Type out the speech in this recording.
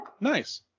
nice